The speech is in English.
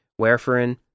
warfarin